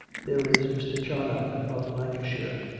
there is mr. charnoc, of lancashire,